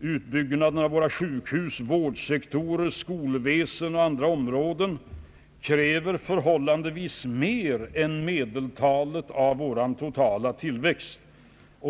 Utbyggnaden av våra sjukhus, vårdsektorer, skolväsen och andra områden kräver förhållandevis mer än medeltalet av vår totala tillväxt.